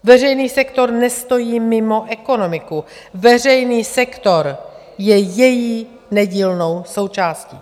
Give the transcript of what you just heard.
Veřejný sektor nestojí mimo ekonomiku, veřejný sektor je její nedílnou součástí.